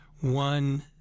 one